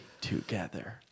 together